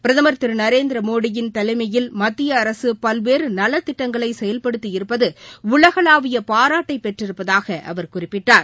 பிரதம் திரு நரேந்திரமோடியின் தலைமையில் மத்திய அரசு பல்வேறு நலத்திட்டங்களை செயல்படுத்தி இருப்பது உலகளாவிய பாராட்டைப் பெற்றிருப்பதாக அவர் குறிப்பிட்டார்